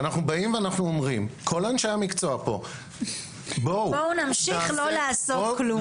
אנחנו באים ואומרים כל אנשי המקצוע פה --- בואו נמשיך לא לעשות כלום.